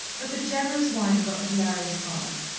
but the generous wine got to larry's heart,